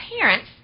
parents